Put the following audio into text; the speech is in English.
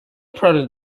prodded